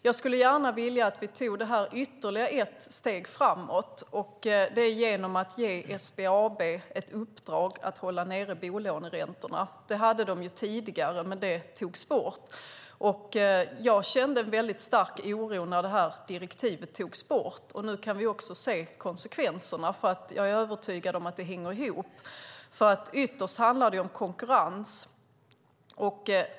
Jag skulle vilja att vi tar detta ytterligare ett steg framåt, nämligen att ge SBAB ett uppdrag att hålla ned bolåneräntorna. Det hade SBAB tidigare, men det togs bort. Jag kände en stark oro när direktivet togs bort, och nu kan vi se konsekvenserna. Jag är övertygad om att det hänger ihop. Ytterst handlar det om konkurrens.